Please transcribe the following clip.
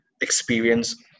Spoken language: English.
experience